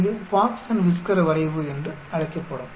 இது box and whisker வரைவு என்று அழைக்கப்படும்